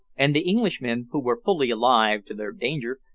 and the englishmen, who were fully alive to their danger,